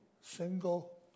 single